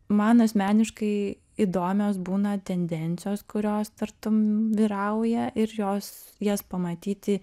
man asmeniškai įdomios būna tendencijos kurios tartum vyrauja ir jos jas pamatyti